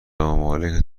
ممالک